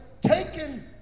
taken